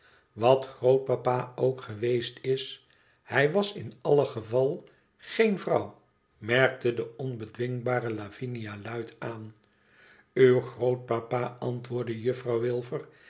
wat grootpapa ook geweest is hij was in alle geval geene vrouw merkte de onbedwingbare livinia luid aan uw grootpapa antwoordde juffrouw